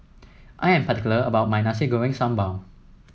I am particular about my Nasi Goreng Sambal